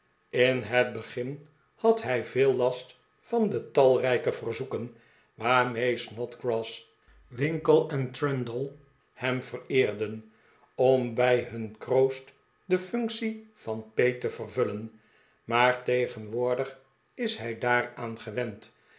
in het begin had hij veel last van de talrijke verzoeken waarmee snodgrass winkle en trundle hem vereerden om bij hun kroost de functie van peet te vervullen maar tegenwoordig is hij daaraan gewend